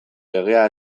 legea